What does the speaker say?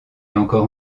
encore